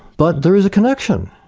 but there is a connection.